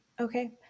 Okay